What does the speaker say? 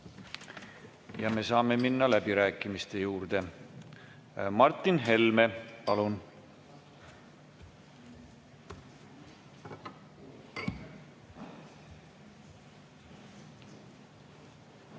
Me saame minna läbirääkimiste juurde. Martin Helme, palun!